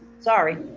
sorry.